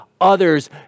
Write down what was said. others